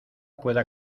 pueda